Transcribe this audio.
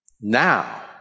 Now